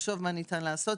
ולחשוב מה ניתן לעשות.